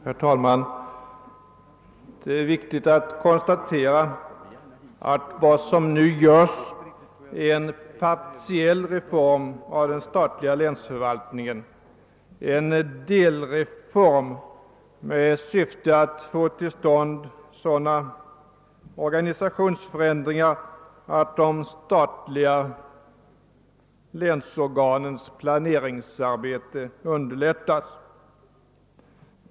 Herr talman! Det är riktigt att konstatera att vad som nu genomförs är en partiell reform av den statliga länsförvaltningen, en delreform i syfte att få till stånd sådana organisationsändringar att det statliga länsorganets planeringsarbete underlättas.